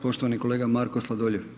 Poštovani kolega Marko Sladoljev.